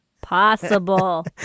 possible